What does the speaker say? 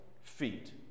feet